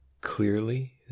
Clearly